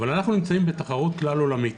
אבל אנחנו נמצאים בתחרות כלל עולמית